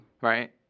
Right